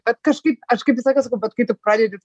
bet kažkaip aš kaip visą laiką sakau vat kai tu pradedi